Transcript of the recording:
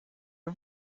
are